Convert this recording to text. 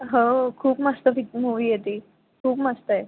हो खूप मस्त पिक मुवी आहे ती खूप मस्त आहे